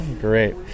Great